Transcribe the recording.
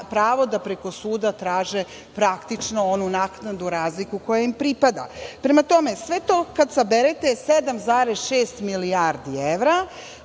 pravo da preko suda traže praktično onu naknadnu razliku koja ima pripada. Prema tome, sve to kada saberete, 7,6 milijardi evra,